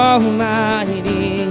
Almighty